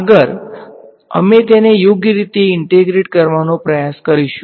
આગળ અમે તેને યોગ્ય રીતે ઈંટેગ્રેટ કરવાનો પ્રયાસ કરીશું